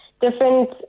different